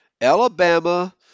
Alabama